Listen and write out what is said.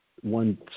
one